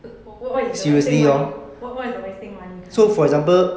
err what what is the wasting money what what is the wasting money kind